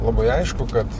labai aišku kad